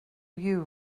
you